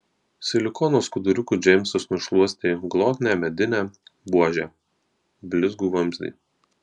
silikono skuduriuku džeimsas nušluostė glotnią medinę buožę blizgų vamzdį